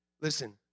Listen